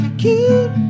cute